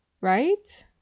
Right